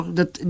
dat